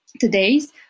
Today's